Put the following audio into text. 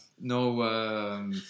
No